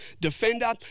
defender